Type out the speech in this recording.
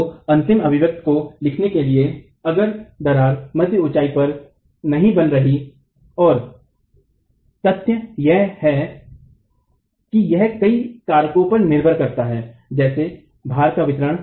तो अंतिम अभिव्यक्ति को लिखने के लिए अगर दरार मध्य ऊंचाई पर नहीं बन रही थी और तथ्य यह है यह कई कारकों पर निर्भर है जैसे भार का वितरण